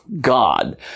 God